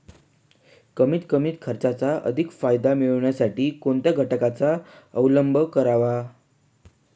कमीत कमी खर्चात अधिक फायदा मिळविण्यासाठी कोणत्या घटकांचा अवलंब करावा?